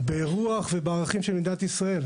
ברוח ובערכים של מדינת ישראל.